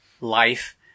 life